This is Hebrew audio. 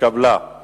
להעביר את הנושא: